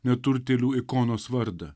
neturtėlių ikonos vardą